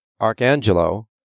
Archangelo